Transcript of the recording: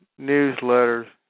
newsletters